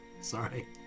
Sorry